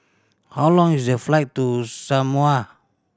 how long is the flight to Samoa